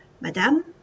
Madame